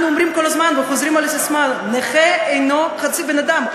אנחנו אומרים כל פעם וחוזרים על הססמה הזאת: נכה אינו חצי בן-אדם.